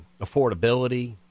affordability